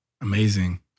Amazing